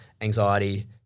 anxiety